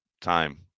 time